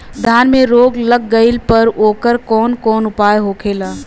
धान में रोग लग गईला पर उकर कवन कवन उपाय होखेला?